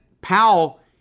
Powell